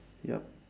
yup